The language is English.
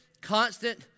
constant